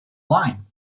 line